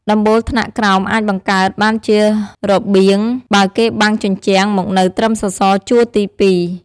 ដំបូលថ្នាក់ក្រោមអាចបង្កើតបានជារបៀង បើគេបាំងជញ្ជាំងមកនៅត្រឹមសសរជួរទីពីរ ។